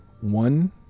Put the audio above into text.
one